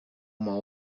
uma